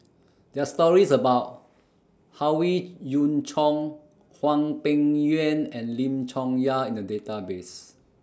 There Are stories about Howe Yoon Chong Hwang Peng Yuan and Lim Chong Yah in The Database